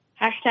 hashtag